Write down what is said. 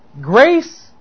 Grace